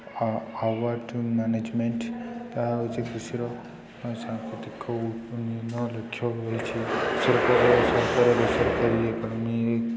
award management ତା ହେଉଛି କୃଷିର ବିଭିନ୍ନ ଲକ୍ଷ୍ୟ ରହିଛି